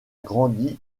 grandi